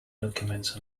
documents